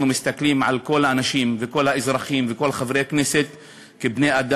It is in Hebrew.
אנחנו מסתכלים על כל האנשים וכל האזרחים וכל חברי הכנסת כבני-אדם,